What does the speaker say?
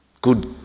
good